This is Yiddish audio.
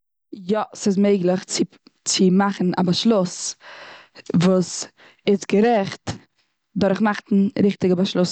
יא, ס'איז מעגליך צו מאכן א באשלוס וואס איז גערעכט. דורך מאכן ריכטיגע באשלוסן.